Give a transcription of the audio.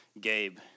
Gabe